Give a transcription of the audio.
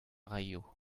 raio